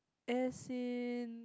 as in